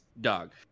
dog